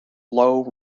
low